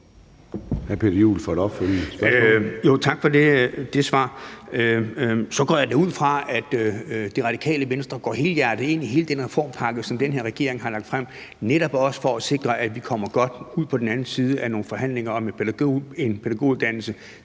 Tak for det svar. Så går jeg da ud fra, at Radikale Venstre går helhjertet ind i hele den reformpakke, som den her regering har lagt frem, netop også for at sikre, at vi kommer godt ud på den anden side af nogle forhandlinger om en pædagoguddannelse,